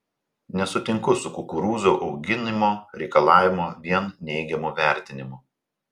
nesutinku su kukurūzų auginimo reikalavimo vien neigiamu vertinimu